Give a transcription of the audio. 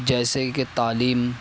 جیسے کہ تعلیم